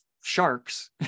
sharks